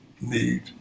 need